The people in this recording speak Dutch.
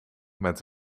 met